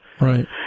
Right